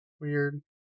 weird